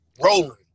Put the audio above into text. rolling